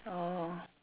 orh